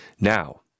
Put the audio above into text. now